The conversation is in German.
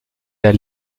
der